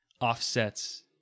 offsets